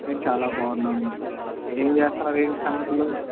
మేము చాలా బాగున్నాం అండి ఏంచేస్తున్నారు ఏంటి సంగతులు